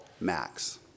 Max